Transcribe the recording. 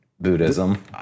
Buddhism